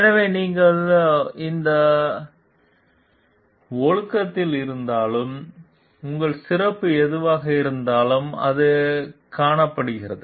எனவே நீங்கள் எந்த ஒழுக்கத்தில் இருந்தாலும் உங்கள் சிறப்பு எதுவாக இருந்தாலும் அது காணப்படுகிறது